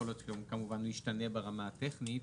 יכול להיות שהוא משתנה ברמה הטכנית.